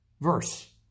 verse